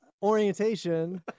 orientation